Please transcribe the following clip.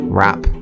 rap